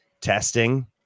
testing